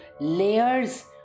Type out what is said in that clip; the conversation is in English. layers